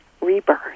rebirth